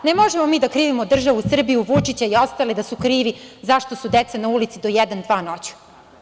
Ne možemo mi da krivimo državu Srbiju, Vučića i ostale da su krivi zašto su deca na ulici do jedan, dva noću.